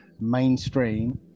mainstream